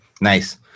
Nice